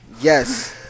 Yes